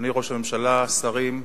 אדוני ראש הממשלה, שרים,